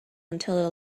until